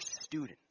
students